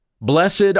Blessed